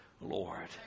Lord